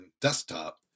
desktop